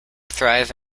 thrive